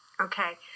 Okay